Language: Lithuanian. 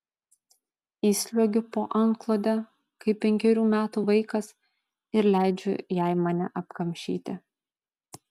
įsliuogiu po antklode kaip penkerių metų vaikas ir leidžiu jai mane apkamšyti